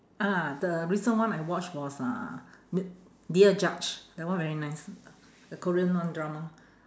ah the recent one I watch was uh d~ dear judge that one very nice the korean one drama